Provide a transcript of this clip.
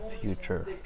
future